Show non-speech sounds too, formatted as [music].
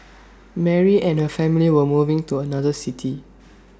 [noise] Mary and her family were moving to another city